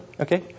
okay